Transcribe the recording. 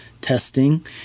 testing